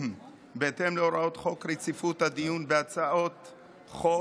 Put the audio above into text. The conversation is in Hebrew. בהתאם להוראות חוק רציפות הדיון בהצעות חוק,